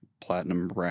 platinum